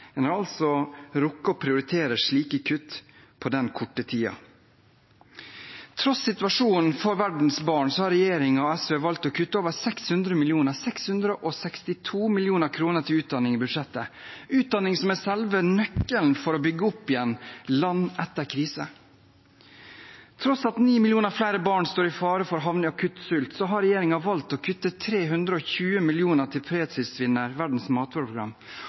en har altså rukket å prioritere slike kutt på den korte tiden. Tross situasjonen for verdens barn har regjeringen og SV valgt å kutte over 600 mill. kr, 662 mill. kr, til utdanning i budsjettet – utdanning, som er selve nøkkelen til å bygge opp igjen land etter krise. På tross av at 9 millioner flere barn står i fare for å havne i akutt sult, har regjeringen valgt å kutte 320 mill. kr til fredsprisvinner Verdens